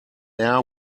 air